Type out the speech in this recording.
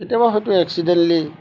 কেতিয়াবা হয়তো এক্সিডেণ্টলি